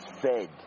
fed